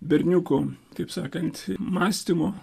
berniuko kaip sakant mąstymu